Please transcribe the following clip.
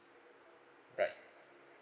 right